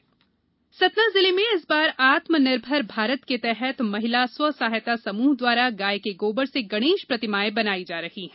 गणेश मूर्ती सतना सतना जिले में इस बार आत्मनिर्भर भारत के तहत महिला स्व सहायत समूह द्वारा गाय के गोबर से गणेश प्रतिमाएं बनाई जा रही हैं